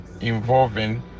involving